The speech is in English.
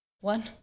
one